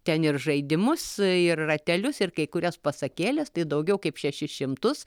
ten ir žaidimus ir ratelius ir kai kurias pasakėles tai daugiau kaip šešis šimtus